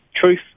truth